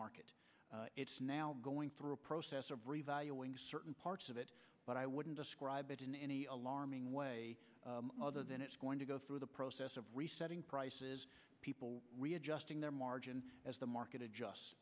market it's now going through a process of revaluing certain parts of it but i wouldn't describe it in any alarming way other than it's going to go through the process of resetting prices people readjusting their margin as the market adjust